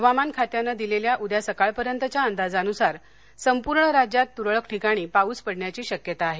हवामान खात्यानं दिलेल्या उद्या सकाळपर्यंतच्या अंदाजानुसार संपूर्ण राज्यात तुरळक पाउस पडण्याची शक्यता आहे